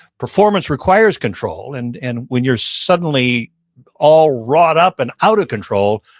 performance requires control, and and when you're suddenly all wrought up and out of control,